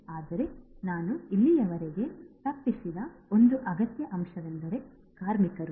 ಆದರೆ ನಾನು ಇಲ್ಲಿಯವರೆಗೆ ತಪ್ಪಿಸಿದ ಒಂದು ಅಗತ್ಯ ಅಂಶವೆಂದರೆ ಕಾರ್ಮಿಕರು